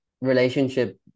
relationship